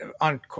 on